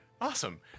awesome